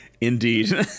indeed